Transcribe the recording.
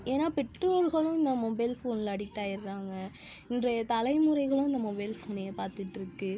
ஏன்னால் பெற்றோர்களும் அந்த மொபைல் ஃபோனில் அடிக்ட் ஆயிடுறாங்க இன்றைய தலைமுறைகளும் அந்த மொபைல் ஃபோனையே பார்த்துட்ருக்கு